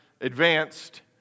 advanced